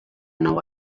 nou